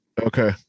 Okay